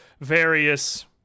various